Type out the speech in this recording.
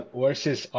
versus